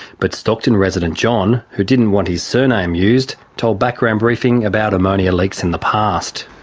but stockton resident, john, who didn't want his surname used, told background briefing about ammonia leaks in the past.